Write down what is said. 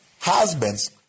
Husbands